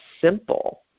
simple